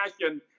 passion